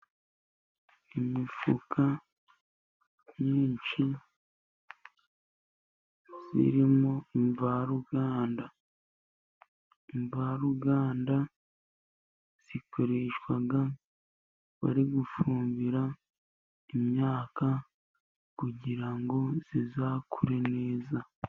Imifuka myinshi irimo imvaruganda. Imvaruganda ikoreshwa bari gufumbira imyaka, kugira ngo izakure neza.